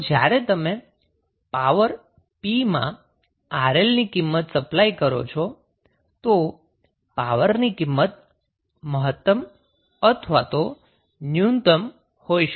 તો જ્યારે તમે પાવર p માં 𝑅𝐿 ની કિંમત સપ્લાય કરો છો તો પાવરની કિંમત મહત્તમ અથવા ન્યૂનતમ હોઈ શકે છે